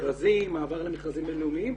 מעבר למכרזים בין-לאומיים.